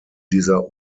dieser